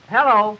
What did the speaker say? Hello